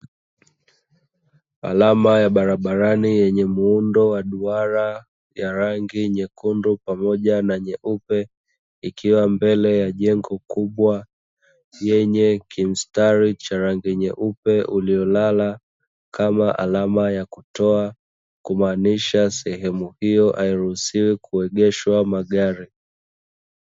Alama ya barabarani yenye muundo wa duara ya rangi nyekundu pamoja na nyeupe, ikiwa mbele ya jengo kubwa yenye kimstari cha rangi nyeupe uliolala, kama alama ya kutoa kumaanisha sehemu hiyo hairuhusiwi kuegeshwa magari.